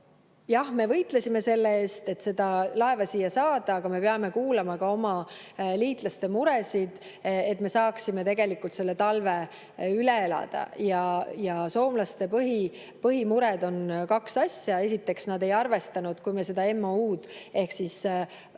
jah, me võitlesime selle eest, et seda laeva siia saada, aga me peame kuulama ka oma liitlaste muresid, et me saaksime selle talve üle elada. Soomlaste põhimuresid on kaks. Esiteks, nad ei arvestanud, kui me sellele MOU-le ehk ühiste